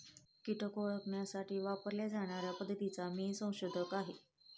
कीटक ओळखण्यासाठी वापरल्या जाणार्या पद्धतीचा मी संशोधक आहे